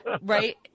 right